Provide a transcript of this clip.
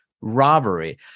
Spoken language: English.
robbery